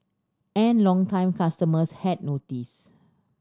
and longtime customers had noticed